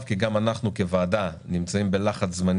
כי גם אנחנו כוועדה נמצאים בלחץ זמנים אדיר.